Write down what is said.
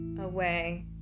Away